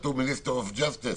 כשכתוב "ministry of justice"?